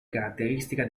caratteristica